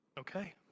okay